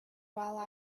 while